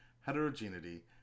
heterogeneity